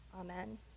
Amen